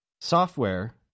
Software